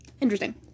interesting